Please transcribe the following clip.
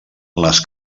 les